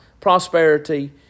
prosperity